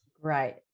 Right